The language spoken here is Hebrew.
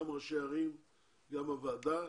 גם ראשי הערים וגם הוועדה.